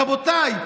רבותיי,